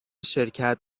شرکت